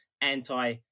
anti